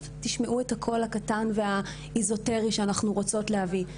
תשמעו את הקול הקטן והאיזוטרי שאנחנו רוצות להביא.